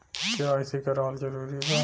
KYC करवावल जरूरी बा?